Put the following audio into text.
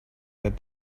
that